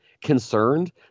concerned